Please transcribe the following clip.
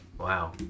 wow